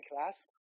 class